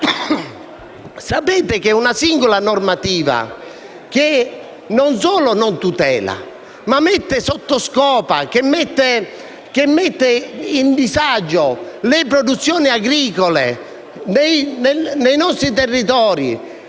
Sapete che una singola normativa non solo non tutela, ma "mette sotto scopa", cioè a disagio, le produzioni agricole dei nostri territori